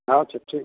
अच्छा ठीक